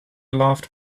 laughed